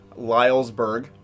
Lylesburg